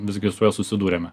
visgi su juo susidūrėme